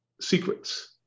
secrets